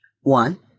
One